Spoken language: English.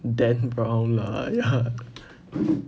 dan brown lah ya